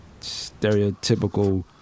stereotypical